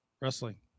Wrestling